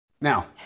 Now